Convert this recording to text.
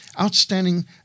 Outstanding